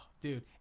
Dude